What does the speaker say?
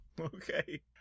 Okay